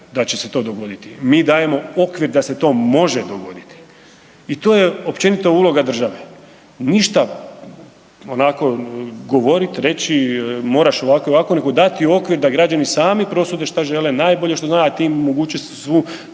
da će se to dogoditi, mi dajemo okvir da se to može dogoditi. I to je općenito uloga države. Ništa onako govorit reći moraš ovako i ovako nego dati okvir da građani sami prosude šta žele najbolje što znaju, a tim omogućiti